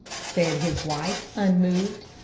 said his wife, unmoved.